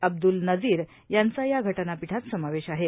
अब्द्ल नजीर यांचा या घटनापीठात समावेश आहे